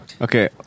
Okay